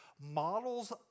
models